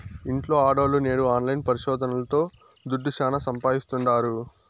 ఇంట్ల ఆడోల్లు నేడు ఆన్లైన్ పరిశోదనల్తో దుడ్డు శానా సంపాయిస్తాండారు